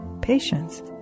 Patience